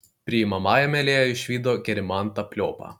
priimamajame lėja išvydo gerimantą pliopą